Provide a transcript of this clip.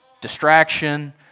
distraction